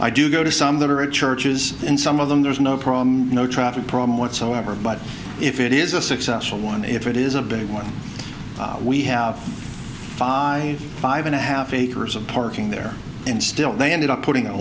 i do go to some that are at churches and some of them there's no problem no traffic problem what so i but if it is a successful one if it is a big one we have five five and a half acres of parking there and still they ended up putting a